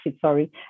sorry